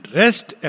rest